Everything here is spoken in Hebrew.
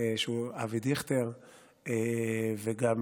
אבי דיכטר וגם